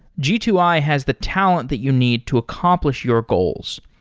g two i has the talent that you need to accomplish your goals.